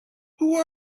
who